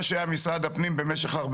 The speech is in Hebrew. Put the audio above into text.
אם משרד הפנים לא מאשר,